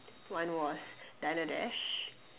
one was diner dash